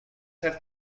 have